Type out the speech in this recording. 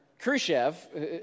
Khrushchev